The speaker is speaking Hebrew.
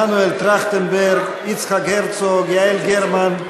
מנואל טרכטנברג, יצחק הרצוג, יעל גרמן,